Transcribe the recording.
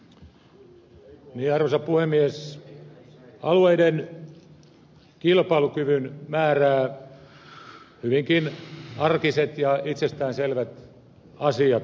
niin arvoisa puhemies alueiden kilpailukyvyn määräävät hyvinkin arkiset ja itsestäänselvät asiat